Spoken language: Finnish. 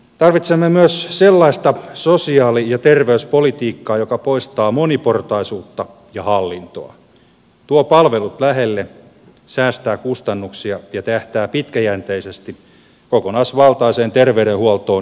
tarvitsemme myös sellaista sosiaali ja terveyspolitiikkaa joka poistaa moniportaisuutta ja hallintoa tuo palvelut lähelle säästää kustannuksia ja tähtää pitkäjänteisesti kokonaisvaltaiseen terveydenhuoltoon ennaltaehkäisyn keinoin